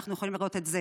אנחנו יכולים לראות את זה